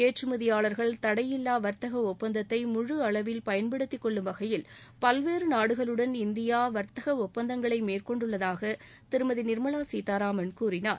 ஏற்றுமதியாளர்கள் தடையில்லா வர்த்தக ஒப்பந்தத்தை முழு அளவில் பயன்படுத்தி கொள்ளும் வகையில் பல்வேறு நாடுகளுடன் இந்தியா வர்த்தக ஒப்பந்தங்களை மேற்கொண்டுள்ளதாக திருமதி நிர்மவா சீதாராமன் கூறினார்